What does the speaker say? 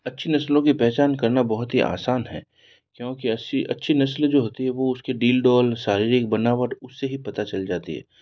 अच्छी नस्लों की पहचान करना बहुत ही आसान है क्योंकि अच्छी नस्ल जो होती है वो उसके डील डॉल शारीरिक बनावट उससे ही पता चल जाती है